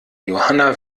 johanna